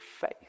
faith